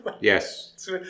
Yes